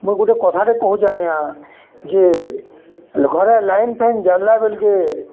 ମୁଇଁ ଗୁଟେ କଥାଟେ କହୁଛେଁ ଆଜ୍ଞା ଯେ ଘରେ ଲାଇନ୍ଫାଇନ୍ ଜାଲ୍ଲା ବେଲ୍କେ